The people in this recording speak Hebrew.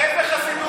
רק איזו חסידות?